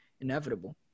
inevitable